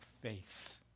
faith